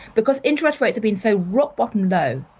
because interest rates have been so rock-bottom low,